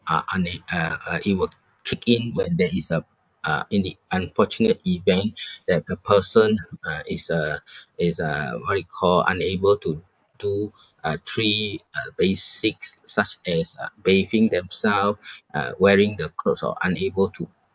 uh on the uh uh it will kick in when there is a uh in the unfortunate event that a person uh is uh is uh what you call unable to do uh three uh basics such as uh bathing themselves uh wearing the clothes or unable to